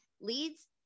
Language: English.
leads